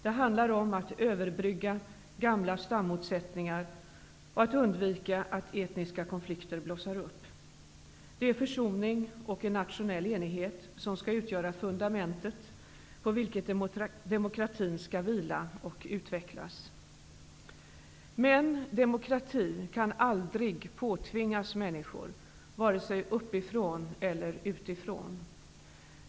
Det handlar om att överbrygga gamla stammotsättningar och att undvika att etniska konflikter blossar upp. Det är försoning och nationell enighet som skall utgöra fundamentet på vilken demokratin skall vila och utvecklas. Men demokrati kan aldrig påtvingas människor, vare sig uppifrån eller utifrån.